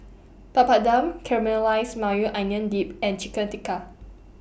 Papadum Caramelized Maui Onion Dip and Chicken Tikka